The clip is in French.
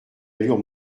allure